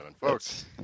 Folks